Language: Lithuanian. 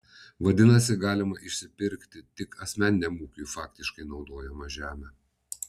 vadinasi galima išpirkti tik asmeniniam ūkiui faktiškai naudojamą žemę